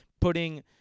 putting